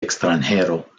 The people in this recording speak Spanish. extranjero